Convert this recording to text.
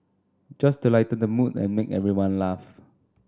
just to lighten the mood and make everyone laugh